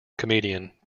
comedian